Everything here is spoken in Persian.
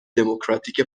دموکراتیک